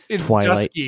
twilight